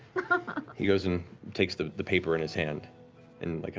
but he goes and takes the the paper in his hand and like